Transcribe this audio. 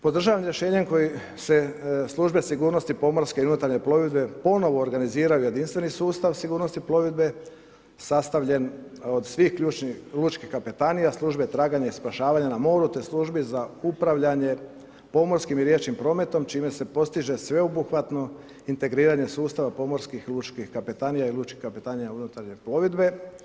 Podržavam rješenje kojim se službe sigurnosti, pomorske i u nutarnje plovidbe, ponovno organiziraju jedinstveni sustav sigurnosti plovidbe, sastavljen od svih lučkih kapetanija, službe traganja i spašavanje na more, te službi za upravljanje pomorskim i riječnim prometom, čime se postiže sveobuhvatno integriranja sustava pomorskih lučkih kapetanija i lučkih kapetanija unutarnjih plovidbe.